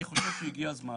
אני חושב שהגיע הזמן,